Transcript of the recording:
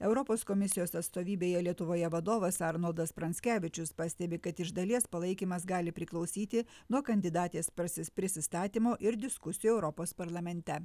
europos komisijos atstovybėje lietuvoje vadovas arnoldas pranckevičius pastebi kad iš dalies palaikymas gali priklausyti nuo kandidatės prasi prisistatymo ir diskusijų europos parlamente